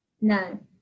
No